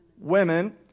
women